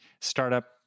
startup